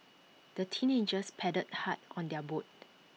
the teenagers paddled hard on their boat